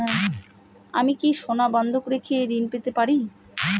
আমি কি সোনা বন্ধক রেখে ঋণ পেতে পারি?